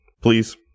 please